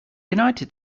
united